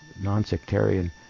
non-sectarian